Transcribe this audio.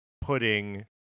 putting